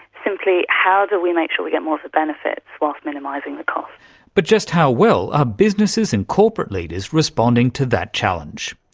simply how do we make sure we get more of the benefits whilst minimising the costs. but just how well are businesses and corporate leaders responding to that challenge?